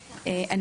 רבה.